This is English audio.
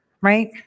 right